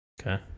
Okay